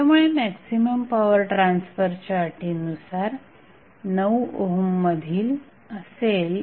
त्यामुळे maximum power ट्रान्सफरच्या अटीनुसार 9 ओहम मधील असेल